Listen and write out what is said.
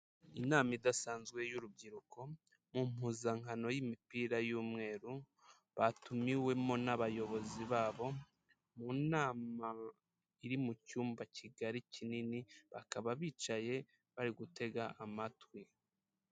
Inama idasanzwe y'urubyiruko mu mpuzankano y'imipira y'umweru, batumiwemo n'abayobozi babo, mu nama iri mu cyumba kigari kinini, bakaba bicaye bari gutega amatwi.